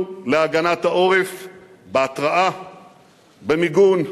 העורף בהתרעה, במיגון,